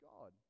God